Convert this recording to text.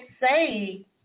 say